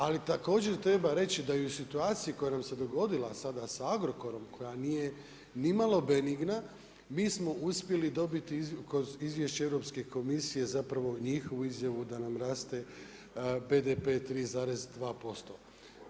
Ali, također treba reći, da i u situaciji koja nam se dogodila sada sa Agrokorom, koja nije ni malo benigna, mi smo uspjeli dobiti izvješće Europske komisije, zapravo njihovu izjavu da nam raste BDP 3,2%